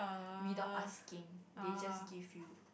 without asking they just give you